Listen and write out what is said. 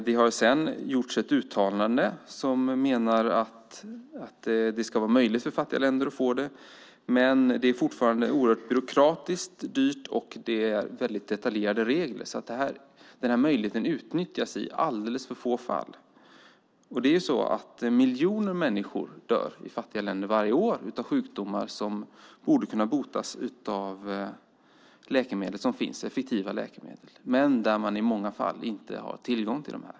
Det har sedan gjorts ett uttalande om att det ska vara möjligt för fattiga länder att få det, men det är fortfarande oerhört byråkratiskt och dyrt och har väldigt detaljerade regler så den möjligheten utnyttjas i alldeles för få fall. Miljoner människor i fattiga länder dör varje år av sjukdomar som borde kunna botas av effektiva läkemedel som finns men som man i många fall inte har tillgång till.